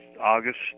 August